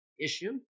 issue